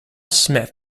smith